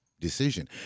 decision